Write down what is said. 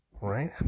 right